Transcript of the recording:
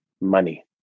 money